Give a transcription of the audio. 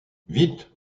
vite